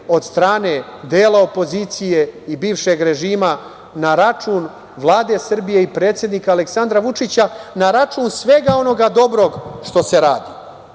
od strane dela opozicije i bivšeg režima na račun Vlade Srbije i predsednika Aleksandra Vučića, na račun svega onoga dobrog što se